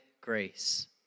grace